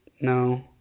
no